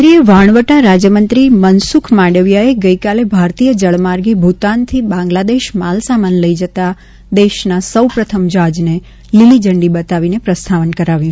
કેન્દ્રીય વહાણવટા રાજ્યમંત્રી મનસુખ માંડવિયાએ ગઇકાલે ભારતીય જળમાર્ગે ભુતાનથી બાંગ્લાદેશ માલસામાન લઈ જતા દેશના સૌપ્રથમ જહાજને લીલીઝંડી બતાવી પ્રસ્થાન કરાવ્યું